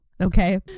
Okay